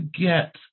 get